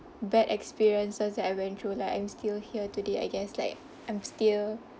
bad experiences that I went through like I'm still here today I guess like I'm still